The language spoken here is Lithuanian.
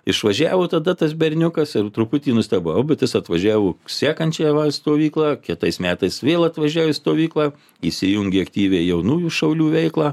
išvažiavo tada tas berniukas ir truputį nustebau bet jis atvažiavo sekančią va stovyklą kitais metais vėl atvažiavo į stovyklą įsijungė aktyviai jaunųjų šaulių veiklą